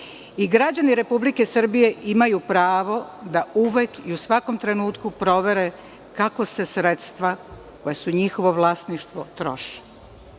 Građani Republike Srbije imaju pravo da uvek i u svakom trenutku provere kako se sredstva koja su njihovo vlasništvo troše.